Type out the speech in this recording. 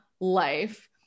life